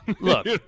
Look